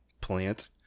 plant